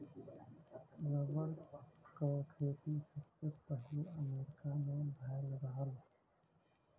rubber क खेती सबसे पहिले अमरीका में भयल रहल